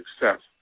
success